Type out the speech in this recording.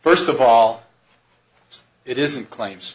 first of all it isn't claim